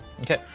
Okay